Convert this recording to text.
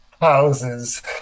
houses